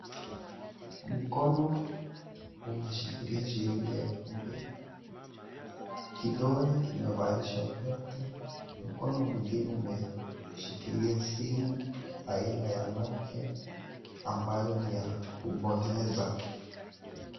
Mkono umeshikilia shilingi elfu mbili, kidole kimevalishwa pete. Mkono mwingine umeshikilia simu aina ya Nokia, ambayo ni ya kupenyeza.